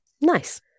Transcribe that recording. nice